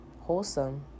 wholesome